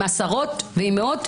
עם עשרות ועם מאות,